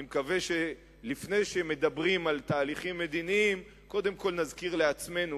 אני מקווה שלפני שמדברים על תהליכים מדיניים קודם כול נזכיר לעצמנו,